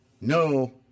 No